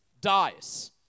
dies